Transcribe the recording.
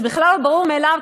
זה בכלל לא ברור מאליו,